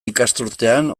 ikasturtean